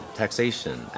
taxation